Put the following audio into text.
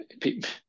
people